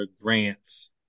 grants